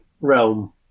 realm